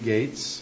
Gates